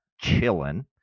chilling